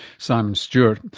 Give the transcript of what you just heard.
simon stewart.